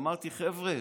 אמרתי: חבר'ה,